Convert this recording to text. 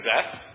possess